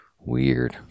Weird